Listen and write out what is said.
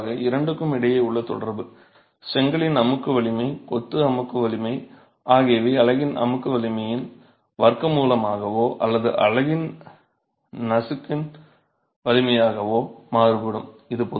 மற்றும் பொதுவாக இரண்டுக்கும் இடையே உள்ள தொடர்பு செங்கலின் அமுக்கு வலிமை கொத்து அமுக்கு வலிமை ஆகியவை அலகின் அமுக்கு வலிமையின் வர்க்க மூலமாகவோ அல்லது அலகின் நசுக்கும் வலிமையாகவோ மாறுபடும்